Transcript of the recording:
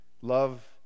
love